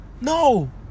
No